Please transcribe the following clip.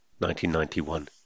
1991